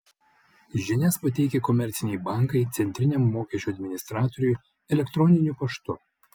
žinias pateikia komerciniai bankai centriniam mokesčių administratoriui elektroniniu paštu